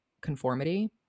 conformity